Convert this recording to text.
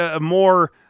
more